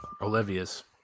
Olivia's